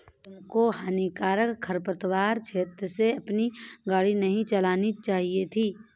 तुमको हानिकारक खरपतवार क्षेत्र से अपनी गाड़ी नहीं लानी चाहिए थी